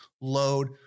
load